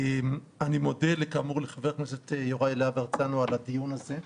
אני מודה לחבר הכנסת יוראי להב הרצנו על הדיון הזה.